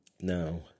Now